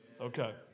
Okay